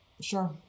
sure